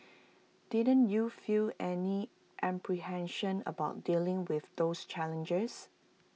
didn't you feel any apprehension about dealing with those challenges